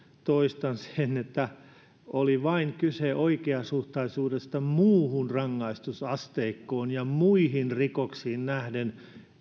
toistan sen että kyse oli vain oikeasuhtaisuudesta muuhun rangaistusasteikkoon ja muihin rikoksiin nähden